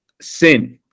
Sin